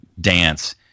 dance